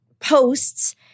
posts